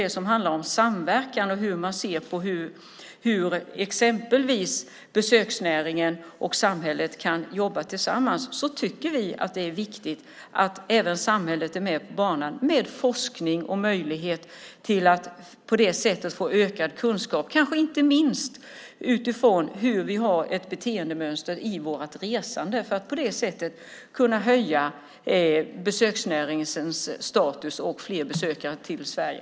Vad gäller samverkan och hur man ser på hur exempelvis besöksnäringen och samhället kan jobba tillsammans tycker vi att det är viktigt att även samhället är med på banan med forskning. Det ger möjlighet att få ökad kunskap, kanske inte minst utifrån vilka beteendemönster vi har i vårt resande så att man på det sättet kan höja besöksnäringens status och få fler besökare till Sverige.